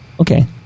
Okay